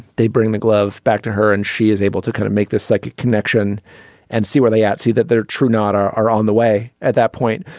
they bring the glove back to her and she is able to kind of make this psychic connection and see where they see that they're true not are are on the way at that point.